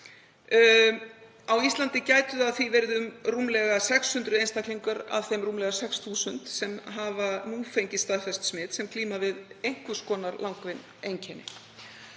Á Íslandi gætu það því verið rúmlega 600 einstaklingar af þeim rúmlega 6.000 sem hafa fengið staðfest smit sem glíma við einhvers konar langvinn einkenni.